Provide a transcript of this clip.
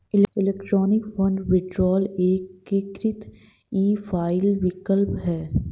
electronic fund withdrawal एक एकीकृत e file विकल्प है